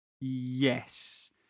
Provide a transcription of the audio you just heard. Yes